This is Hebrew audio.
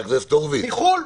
מחו"ל.